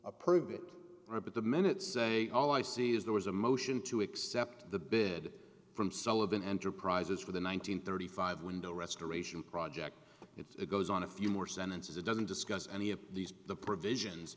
approved it right but the minute say all i see is there was a motion to accept the bid from sullivan enterprises for the one nine hundred thirty five window restoration project it goes on a few more sentences it doesn't discuss any of these the provisions